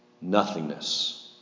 Nothingness